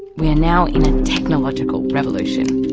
we are now in a technological revolution,